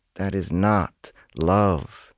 that is not love,